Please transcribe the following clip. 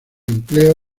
empleo